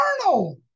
eternal